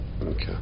Okay